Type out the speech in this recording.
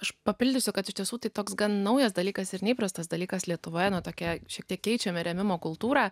aš papildysiu kad iš tiesų tai toks gan naujas dalykas ir neįprastas dalykas lietuvoje nuo tokia šiek tiek keičiame rėmimo kultūrą